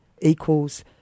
equals